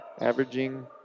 averaging